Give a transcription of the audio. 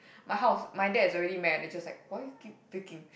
my house my dad is already mad they just like why you keep baking